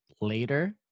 later